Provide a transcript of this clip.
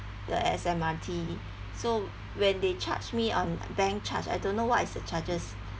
the S_M_R_T so when they charged me on bank charge I don't know what is the charges